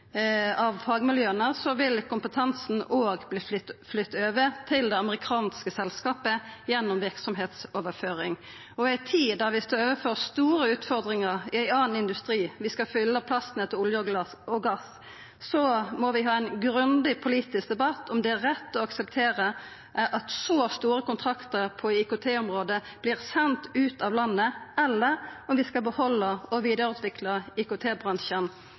kompetansen òg verta flytta over til det amerikanske selskapet gjennom verksemdsoverføring, og det i ei tid da vi står overfor store utfordringar i ein annan industri – vi skal fylla plassen etter olje og gass. Så må vi ha ein grundig politisk debatt om det er rett å akseptera at så store kontraktar på IKT-området vert sende ut av landet, eller om vi skal behalda og vidareutvikla